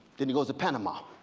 then he goes to panama.